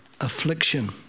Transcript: affliction